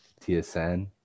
TSN